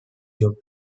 job